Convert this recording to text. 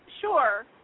sure